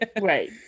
Right